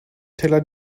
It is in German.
teller